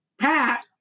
Pat